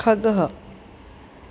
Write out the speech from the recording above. खगः